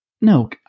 no